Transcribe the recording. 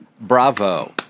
bravo